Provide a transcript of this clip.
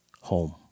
home